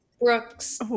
Brooks